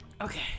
Okay